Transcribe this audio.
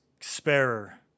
Sparer